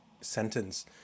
sentence